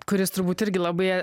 kuris turbūt irgi labai